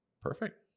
Perfect